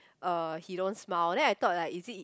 uh he don't smile then I thought like is it